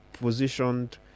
Positioned